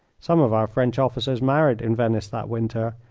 some of our french officers married in venice that winter,